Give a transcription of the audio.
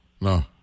no